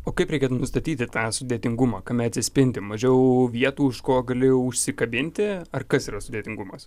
o kaip reikia nustatyti tą sudėtingumą kame atsispindi mažiau vietų už ko gali užsikabinti ar kas yra sudėtingumus